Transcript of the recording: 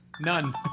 None